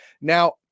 Now